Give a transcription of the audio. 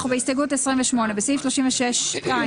אנחנו בהסתייגות מספר 28. בסעיף 36(2)